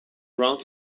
ground